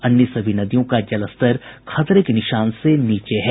अन्य सभी नदियों का जलस्तर खतरे के निशान से नीचे है